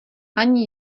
ani